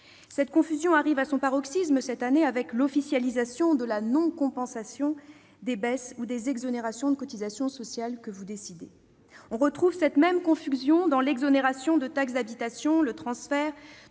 Cette confusion atteint son paroxysme cette année avec l'officialisation de la non-compensation des baisses ou des exonérations de cotisations sociales que vous décidez. On la retrouve dans l'exonération de taxe d'habitation, le transfert